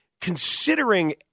Considering